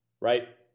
right